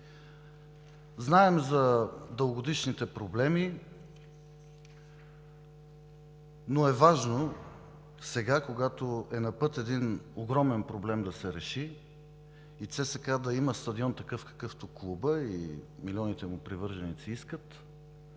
Знаем за дългогодишните проблеми, но е важно сега, когато е един огромен проблем, да се реши и ЦСКА да има стадион – такъв, какъвто клубът и милионите му привърженици искат,